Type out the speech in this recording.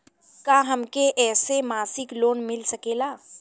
का हमके ऐसे मासिक लोन मिल सकेला?